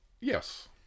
Yes